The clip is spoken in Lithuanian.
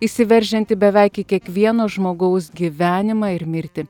įsiveržiantį beveik į kiekvieno žmogaus gyvenimą ir mirtį